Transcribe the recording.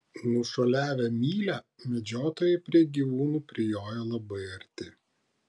nušuoliavę mylią medžiotojai prie gyvūnų prijojo labai arti